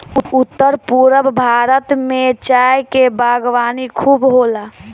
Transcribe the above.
उत्तर पूरब भारत में चाय के बागवानी खूब होला